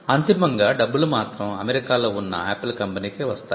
అంతిమంగా డబ్బులు మాత్రం అమెరికాలో ఉన్న ఆపిల్ కంపెనీ కే వస్తాయి